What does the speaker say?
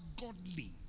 godly